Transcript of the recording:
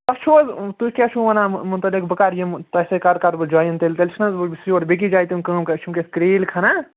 تۄہہِ چھُو حظ تُہۍ کیٛاہ چھُو ونان متعلِق بہٕ کرٕ یِم تۄہہِ سۭتۍ کَر کَرٕ بہٕ جایِن تیٚلہِ تیٚلہِ چھُنہٕ حظ بہٕ بہٕ چھُس یورٕ بیٚیہِ کِس جایہِ تہِ کٲم کَرا أسۍ چھِ وٕنۍکٮ۪س کریٖلۍ کھَنان